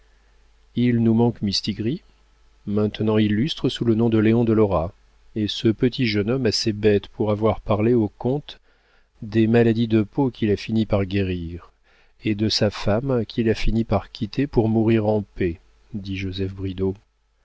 il nous manque mistigris maintenant illustre sous le nom de léon de lora et ce petit jeune homme assez bête pour avoir parlé au comte des maladies de peau qu'il a fini par guérir et de sa femme qu'il a fini par quitter pour mourir en paix dit joseph bridau